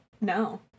No